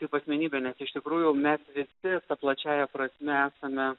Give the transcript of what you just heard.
kaip asmenybę nes iš tikrųjų mes visi plačiąja prasme esame